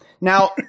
Now